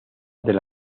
del